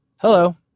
Hello